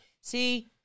See